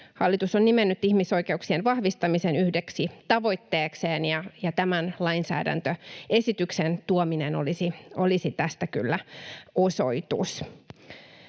Hallitus on nimennyt ihmisoikeuksien vahvistamisen yhdeksi tavoitteekseen, ja tämän lainsäädäntöesityksen tuominen olisi tästä kyllä osoitus.